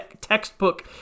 textbook